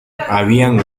habían